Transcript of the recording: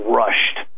rushed